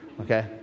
okay